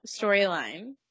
storyline